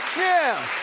yeah,